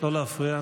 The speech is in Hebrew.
לא להפריע.